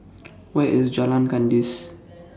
Where IS Jalan Kandis